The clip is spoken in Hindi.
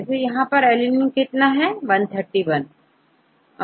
तो यहां पर कितनेalanine हैं